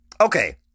Okay